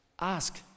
ask